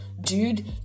dude